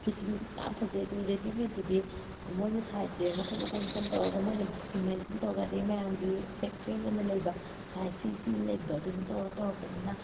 ꯐꯤꯠꯇꯤꯡꯗꯁꯨ ꯌꯥꯝ ꯐꯖꯩ ꯑꯗꯨꯒ ꯔꯦꯗꯤꯃꯦꯗꯇꯨꯗꯤ ꯃꯣꯏꯅ ꯁꯥꯏꯖꯁꯦ ꯃꯈꯜ ꯃꯈꯜ ꯃꯈꯜ ꯇꯧꯔꯒ ꯃꯣꯏꯅ ꯏꯃꯦꯖꯤꯟ ꯇꯧꯔꯒ ꯑꯗꯩ ꯃꯌꯥꯝꯒꯤ ꯐꯦꯛꯆ꯭ꯋꯦꯜ ꯑꯣꯏꯅ ꯂꯩꯕ ꯁꯥꯏꯖ ꯁꯤ ꯁꯤ ꯑꯅ ꯂꯩꯕꯗꯣ ꯑꯗꯨꯗ ꯇꯧꯔ ꯇꯧꯔꯛꯄꯅꯤꯅ